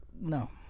No